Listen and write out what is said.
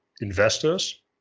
investors